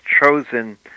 chosen